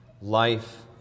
life